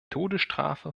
todesstrafe